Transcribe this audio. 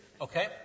Okay